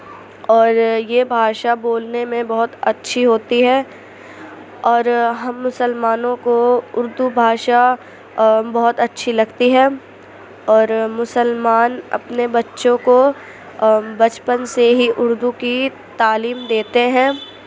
اور یہ بھاشا بولنے میں بہت اچھی ہوتی ہے اور ہم مسلمانوں کو اردو بھاشا بہت اچھی لگتی ہے اور مسلمان اپنے بچوں کو بچپن سے ہی اردو کی تعلیم دیتے ہیں